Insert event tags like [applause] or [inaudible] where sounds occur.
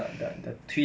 [breath]